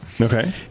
Okay